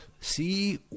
see